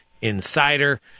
insider